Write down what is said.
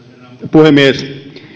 puhemies